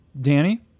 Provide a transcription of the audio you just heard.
Danny